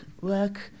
work